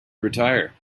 retire